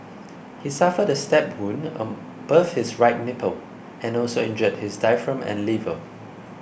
he suffered a stab wound above his right nipple and also injured his diaphragm and liver